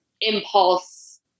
impulse